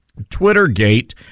Twittergate